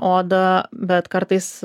odą bet kartais